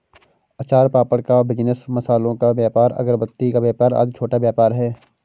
अचार पापड़ का बिजनेस, मसालों का व्यापार, अगरबत्ती का व्यापार आदि छोटा व्यापार है